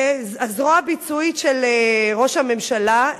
הזרוע הביצועית של ראש הממשלה,